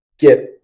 get